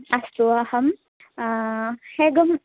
अस्तु अहं एकम्